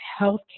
healthcare